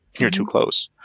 you're too close.